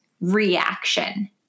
reaction